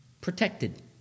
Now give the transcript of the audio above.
protected